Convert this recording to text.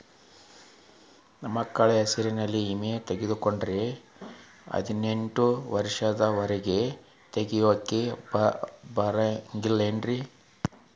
ಮಕ್ಕಳ ಹೆಸರಲ್ಲಿ ವಿಮೆ ತೊಗೊಂಡ್ರ ಹದಿನೆಂಟು ವರ್ಷದ ಒರೆಗೂ ತೆಗಿಯಾಕ ಬರಂಗಿಲ್ಲೇನ್ರಿ?